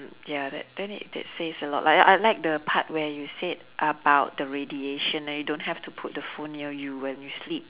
ya that then it that says a lot like I I like the part where you said about the radiation and you don't have to put the phone near you when you sleep